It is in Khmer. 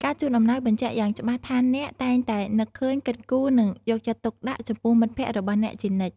ការជូនអំណោយបញ្ជាក់យ៉ាងច្បាស់ថាអ្នកតែងតែនឹកឃើញ គិតគូរ និងយកចិត្តទុកដាក់ចំពោះមិត្តភក្តិរបស់អ្នកជានិច្ច។